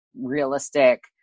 realistic